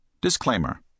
Disclaimer